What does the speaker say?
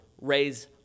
raise